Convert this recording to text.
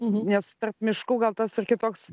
nes tarp miškų gal tas ir kitoks